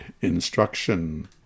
instruction